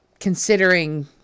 Considering